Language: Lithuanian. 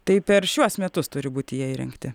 tai per šiuos metus turi būti jie įrengti